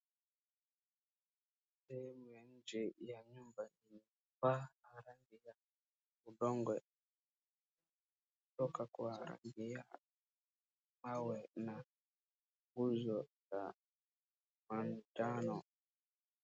Shemu ya nje ya nyumba imepakwa rangi la udongo kutoka kwa rangi ya mawe na uzo wa majano.